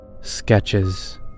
sketches